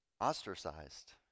ostracized